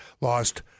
lost